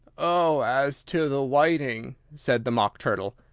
oh, as to the whiting, said the mock turtle,